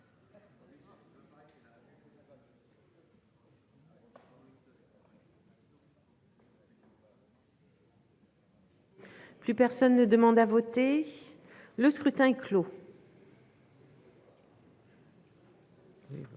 Plus personne ne demande à voter. Le scrutin clos. Ah oui.